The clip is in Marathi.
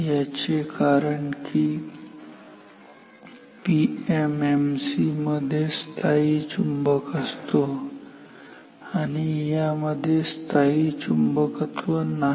याचे कारण की पीएमएमसी मध्ये स्थायी चुंबक असतो आणि यामध्ये स्थाई चुंबकत्व नाही